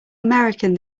american